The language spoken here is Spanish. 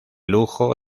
lujo